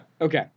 Okay